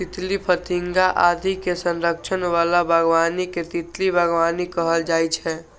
तितली, फतिंगा आदि के संरक्षण बला बागबानी कें तितली बागबानी कहल जाइ छै